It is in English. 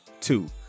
two